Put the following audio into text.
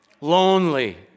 lonely